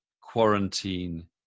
quarantine